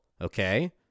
okay